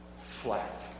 flat